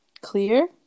clear